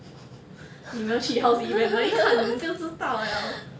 你没有 house event 一看你就知道了